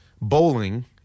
bowling